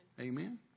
Amen